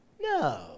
No